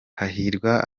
hahirwa